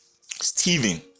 Stephen